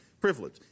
privilege